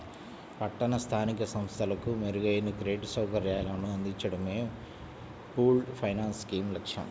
పట్టణ స్థానిక సంస్థలకు మెరుగైన క్రెడిట్ సౌకర్యాలను అందించడమే పూల్డ్ ఫైనాన్స్ స్కీమ్ లక్ష్యం